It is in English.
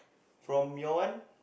from your one